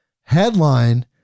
headline